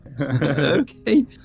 Okay